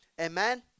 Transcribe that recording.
amen